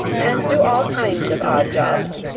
and do all kinds of odd jobs,